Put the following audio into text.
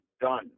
done